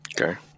Okay